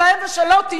ושלא תהיה,